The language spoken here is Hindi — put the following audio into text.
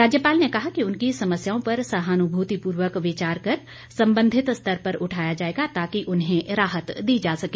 राज्यपाल ने कहा कि उनकी समस्याओं पर सहानुभूतिपूर्वक विचार कर संबंधित स्तर पर उठाया जाएगा ताकि उन्हें राहत दी जा सके